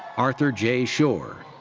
arthur j. schorr.